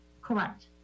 Correct